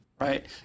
Right